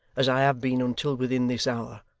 as i have been until within this hour.